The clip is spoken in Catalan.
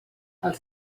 els